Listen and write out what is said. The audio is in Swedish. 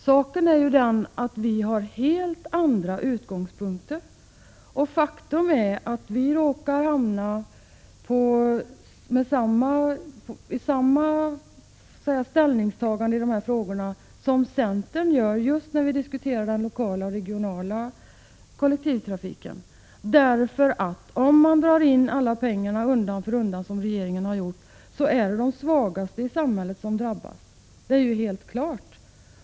Saken är den att vi har helt andra utgångspunkter. Faktum är att vi råkar hamna på samma ställningstagande som centern när det gäller den lokala och regionala kollektivtrafiken. Om man undan för undan drar in alla pengarna, som regeringen har gjort, är det de svagaste i samhället som drabbas — det är helt klart.